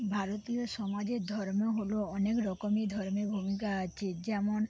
ভারতীয় সমাজের ধর্ম হলো অনেক রকমই ধর্মের ভূমিকা আছে যেমন